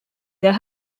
there